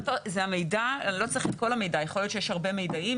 יכול להיות שיש הרבה מידעים.